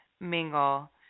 Mingle